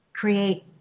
create